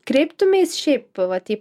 kreiptumeis šiaip vat į